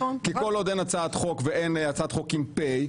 כי כל עוד אין הצעת חוק ואין הצעת חוק עם פ',